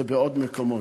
זה בעוד מקומות.